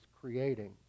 creating